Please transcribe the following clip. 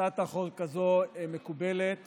הצעת חוק כזו מקובלת